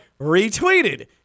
retweeted